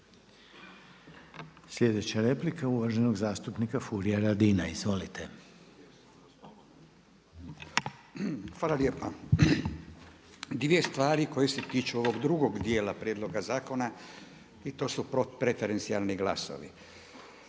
Sljedeća replika uvaženog zastupnika Furia Radina. Izvolite. **Radin, Furio (Nezavisni)** Hvala lijepa. Dvije stvari koje se tiču ovog drugog dijela prijedloga zakona i to su preferencijalni glasovi.